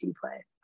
play